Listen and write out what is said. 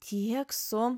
tiek su